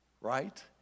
right